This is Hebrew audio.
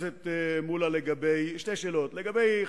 אם מישהו זורק אבנים על שוטרים הוא